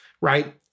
right